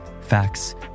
Facts